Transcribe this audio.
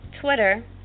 Twitter